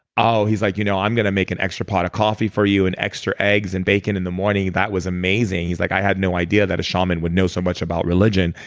ah he's like, you know i'm going to make an extra pot of coffee for you and extra eggs and bacon in the morning. that was amazing. he's like, i had no idea that a shaman would know so much about religion.